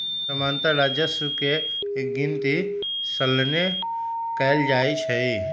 सामान्तः राजस्व के गिनति सलने कएल जाइ छइ